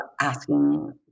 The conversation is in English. asking